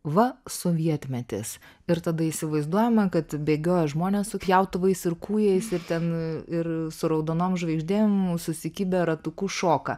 va sovietmetis ir tada įsivaizduojame kad bėgiojo žmonės su pjautuvais ir kūjais ir ten ir su raudonom žvaigždėm susikibę ratuku šoka